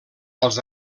als